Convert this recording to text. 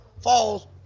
falls